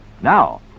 Now